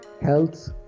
health